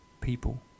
people